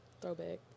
Throwback